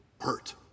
hurt